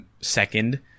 second